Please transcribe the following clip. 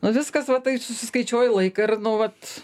na viskas va taip susiskaičiuoji laiką ir nu vat